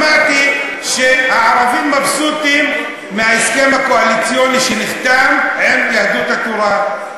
שמעתי שהערבים מבסוטים מההסכם הקואליציוני שנחתם עם יהדות התורה: